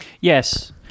Yes